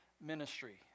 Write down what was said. ministry